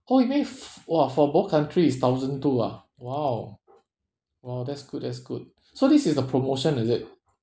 oh you mean f~ !wah! for both country is thousand two ah !wow! !wow! that's good that's good so this is the promotion is it